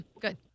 good